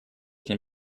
can